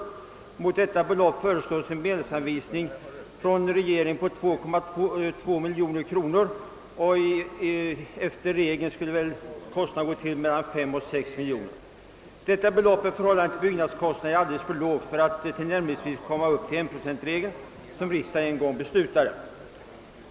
Mot bakgrunden av detta belopp föreslås av regeringen en medelsanvisning för konst på 2,2 miljoner kronor. Enligt regeln skulle kostnaderna väl få uppgå till mellan 5 och 6 miljoner kronor. Det av regeringen föreslagna beloppet är i förhållande till byggnadskostnaderna alldeles för lågt för att tillnärmelsevis motsvara enprocentsregeln som riksda: gen en gång beslutat om.